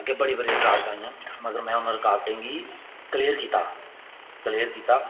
इयां बड़ी रकावटां आइयां पर में उनें रकावटें गी क्लेयर कीता क्लियर कीता